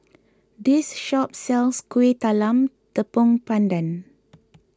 this shop sells Kuih Talam Tepong Pandan